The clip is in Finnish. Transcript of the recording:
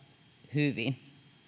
hyvin